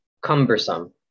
Cumbersome